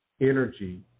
energy